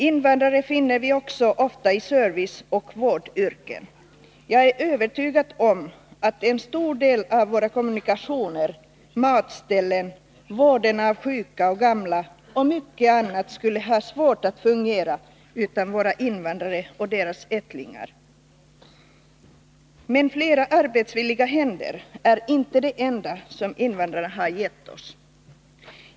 Invandrare finner vi också ofta i serviceoch vårdyrken. Jag är övertygad om att en stor del av våra kommunikationer, matställen, vården av sjuka och gamla och mycket annat skulle ha svårt att fungera utan våra invandrare och deras ättlingar. Men flera arbetsvilliga händer är inte det enda som invandrarna har gett oss.